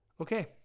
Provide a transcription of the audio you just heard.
Okay